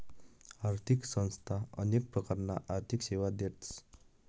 आर्थिक संस्था अनेक प्रकारना आर्थिक सेवा देतस